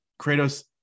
Kratos